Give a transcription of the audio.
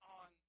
on